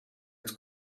het